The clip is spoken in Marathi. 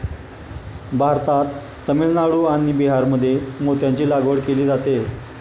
भारतात तामिळनाडू आणि बिहारमध्ये मोत्यांची लागवड केली जाते